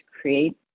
create